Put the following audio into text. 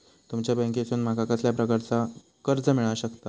तुमच्या बँकेसून माका कसल्या प्रकारचा कर्ज मिला शकता?